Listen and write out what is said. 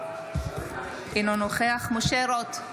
אינו נוכח משה רוט,